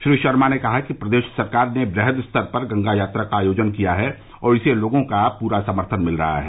श्री शर्मा ने कहा कि प्रदेश सरकार ने वृहद स्तर पर गंगा यात्रा का आयोजन किया है और इसे लोगों का पूरा समर्थन मिला है